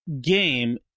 game